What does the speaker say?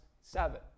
seven